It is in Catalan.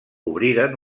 obriren